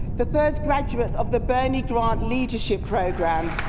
the first graduates of the bernie grant leadership programme.